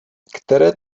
které